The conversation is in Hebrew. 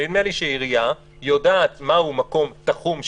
ונדמה לי שעירייה יודעת מהו מקום תחום,